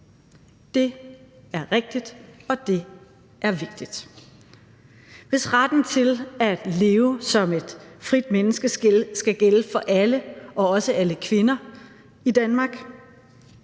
Det er rigtigt, og det er vigtigt. Hvis retten til at leve som et frit menneske skal gælde for alle, også for alle kvinder i Danmark,